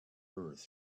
earth